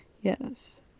Yes